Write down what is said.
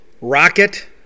Rocket